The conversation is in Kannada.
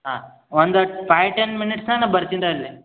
ಹಾಂ ಒಂದು ಫೈ ಟೆನ್ ಮಿನೀಟ್ನಾಗ ಬರ್ತೀನಿ ತಡಿರಿ